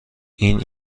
این